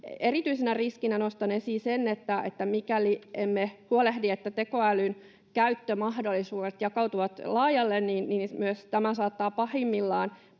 Erityisenä riskinä nostan esiin sen, että mikäli emme huolehdi, että tekoälyn käyttömahdollisuudet jakautuvat laajalle, niin myös tämä saattaa pahimmillaan